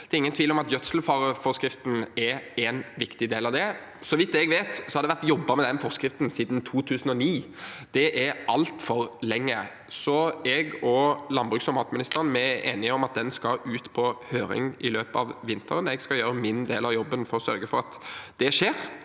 Det er ingen tvil om at gjødselvareforskriften er en viktig del av det. Så vidt jeg vet, har det vært jobbet med den forskriften siden 2009. Det er altfor lenge, så jeg og landbruks- og matministeren er enige om at den skal ut på høring i løpet av vinteren. Jeg skal gjøre min del av jobben for å sørge for at det skjer.